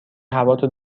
هواتو